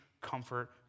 comfort